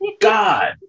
God